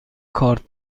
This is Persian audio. کارت